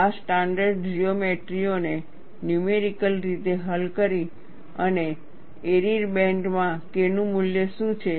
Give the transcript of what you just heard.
આ સ્ટાન્ડર્ડ જીઓમેટ્રીઓને નયુમેરિકલ રીતે હલ કરી અને એરીર બેન્ડ માં K નું મૂલ્ય શું છે